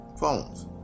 phones